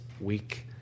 week